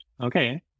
Okay